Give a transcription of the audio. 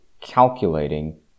calculating